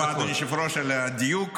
תודה רבה, אדוני היושב-ראש, על הדיוק.